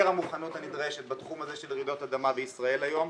המוכנות הנדרשת בתחום הזה של רעידות אדמה בישראל היום.